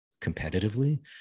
competitively